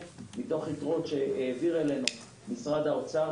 מתוך יתרות שהעביר אלינו משרד האוצר.